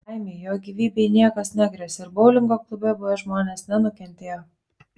laimei jo gyvybei niekas negresia ir boulingo klube buvę žmonės nenukentėjo